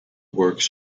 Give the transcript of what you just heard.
works